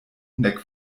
nek